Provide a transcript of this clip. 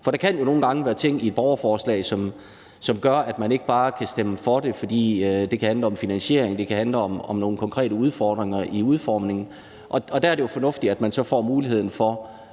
For der kan jo nogle gange være ting i et borgerforslag, som gør, at man ikke bare kan stemme for det, fordi det kan handle om finansiering eller om nogle konkrete udfordringer med udformningen. Der er det jo fornuftigt, at man så nu får muligheden for